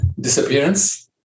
disappearance